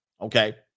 Okay